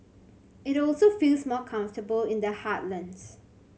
it also feels more comfortable in the heartlands